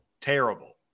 Terrible